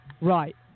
Right